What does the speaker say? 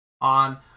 on